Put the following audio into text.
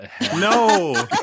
no